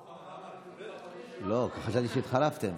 לא, חשבתי שהתחלפתם.